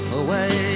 away